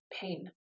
pain